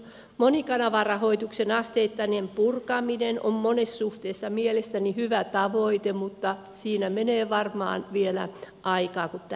monikanavarahoituksen asteittainen purkaminen on monessa suhteessa mielestäni hyvä tavoite mutta siinä menee varmaan vielä aikaa kun tähän päästään